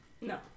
No